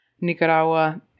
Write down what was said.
Nicaragua